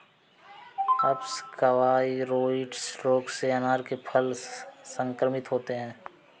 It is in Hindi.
अप्सकवाइरोइड्स रोग से अनार के फल संक्रमित होते हैं